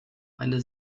eine